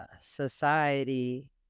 society